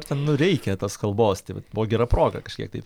ir ten nu reikia tos kalbos tai vat buvo gera proga kažkiek tai